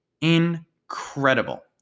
incredible